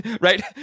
right